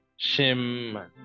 shim